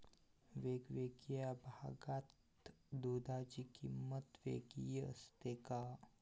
वेगवेगळ्या भागात दूधाची किंमत वेगळी असते का?